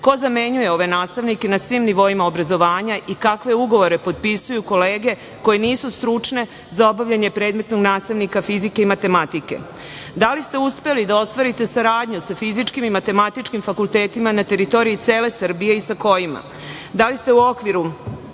Ko zamenjuje ove nastavnike na svim nivoima obrazovanja i kakve ugovore potpisuju kolege koje nisu stručne za obavljanje predmetnog nastavnika fizike i matematike? Da li ste uspeli da ostvarite saradnju sa Fizičkim i Matematičkim fakultetima na teritoriji cele Srbije i sa kojima? Da li ste u okviru